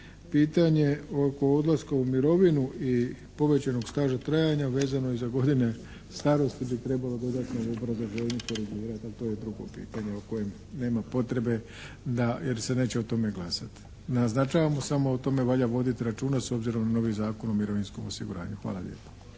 pitanje oko odlaska u mirovinu i povećanog staža trajanja vezano je i za godine starosti bi trebalo dodatno u obrazloženju korigirati ali to je drugo pitanje o kojem nema potrebe, jer se neće o tome glasati. Naznačavamo samo, o tome valja vodit računa s obzirom na novi Zakon o mirovinskom osiguranju. Hvala lijepo.